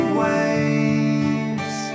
waves